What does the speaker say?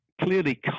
clearly